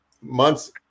months